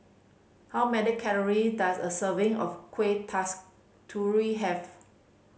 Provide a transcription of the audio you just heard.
how many calory does a serving of Kuih Kasturi have